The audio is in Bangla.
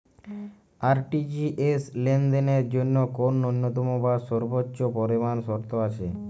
আর.টি.জি.এস লেনদেনের জন্য কোন ন্যূনতম বা সর্বোচ্চ পরিমাণ শর্ত আছে?